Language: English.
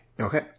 Okay